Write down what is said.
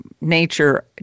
nature